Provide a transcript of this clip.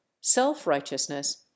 self-righteousness